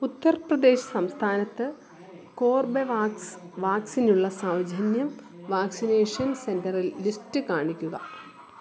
ഉത്തർപ്രദേശ് സംസ്ഥാനത്ത് കോർബെവാക്സ് വാക്സിനുള്ള സൗജന്യം വാക്സിനേഷൻ സെൻറ്ററിൽ ലിസ്റ്റ് കാണിക്കുക